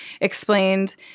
explained –